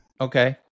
Okay